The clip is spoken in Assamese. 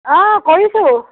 অ' কৰিছোঁ